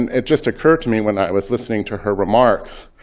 um it just occurred to me when i was listening to her remarks,